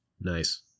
Nice